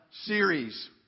series